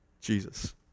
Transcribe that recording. Jesus